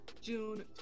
June